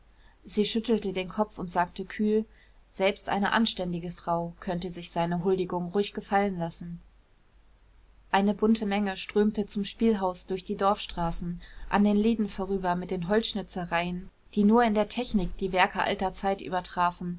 sie schüttelte den kopf und sagte kühl selbst eine anständige frau könnte sich seine huldigung ruhig gefallen lassen eine bunte menge strömte zum spielhaus durch die dorfstraßen an den läden vorüber mit den holzschnitzereien die nur in der technik die werke alter zeit übertrafen